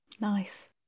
Nice